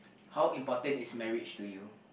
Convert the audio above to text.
how important is marriage to you